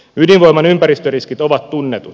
ydinvoiman ympäristöriskit ovat tunnetut